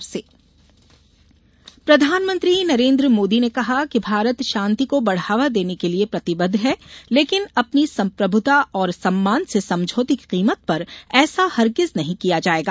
मन की बात प्रधानमंत्री नरेन्द्र मोदी ने कहा कि भारत शांति को बढ़ावा देने के लिये प्रतिबद्ध है लेकिन अपनी संप्रभूता और सम्मान से समझौते की कीमत पर ऐसा हर्गिज नहीं किया जाएगा